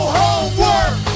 homework